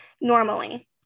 Normally